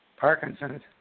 Parkinson's